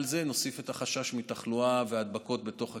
על זה נוסיף את החשש מתחלואה והידבקות בתוך הקהילה.